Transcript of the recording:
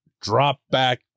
drop-back